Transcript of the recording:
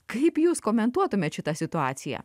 kaip jūs komentuotumėt šitą situaciją